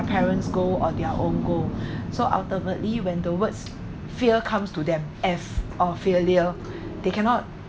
parents goal or their own goal so ultimately when the words fear comes to them F or failure they cannot